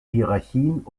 hierarchien